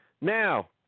Now